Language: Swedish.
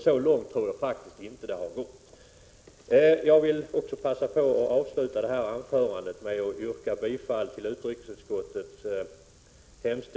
Så långt tror jag faktiskt inte att det har gått.